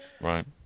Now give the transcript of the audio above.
Right